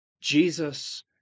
Jesus